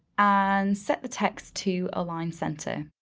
and set the text to align center,